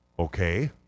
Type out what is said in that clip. okay